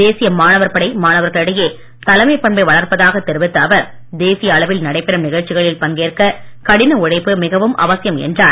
தேசிய மாணவர் டாக்டர் படை மாணவர்களிடையே தலைமைப் பண்பை வளர்ப்பதாக தெரிவித்த அவர் தேசிய அளவில் நடைபெறும் நிகழ்ச்சிகளில் பங்கேற்க கடின உழைப்பு மிகவும் அவசியம் என்றார்